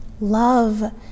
love